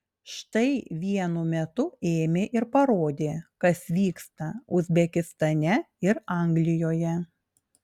štai vienu metu ėmė ir parodė kas vyksta uzbekistane ir anglijoje